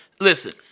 Listen